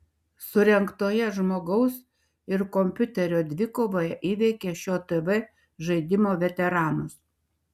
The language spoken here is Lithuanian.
surengtoje žmogaus ir kompiuterio dvikovoje įveikė šio tv žaidimo veteranus